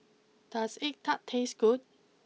does Egg Tart taste good